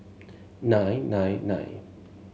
nine nine nine